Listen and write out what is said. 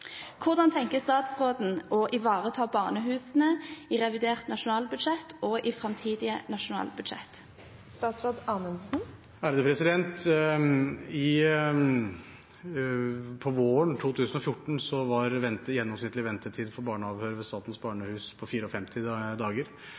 Hvordan tenker statsråden å ivareta barnehusene i revidert nasjonalbudsjett og i framtidige nasjonalbudsjett? På våren 2014 var gjennomsnittlig ventetid for barneavhør ved Statens Barnehus på 54 dager. Da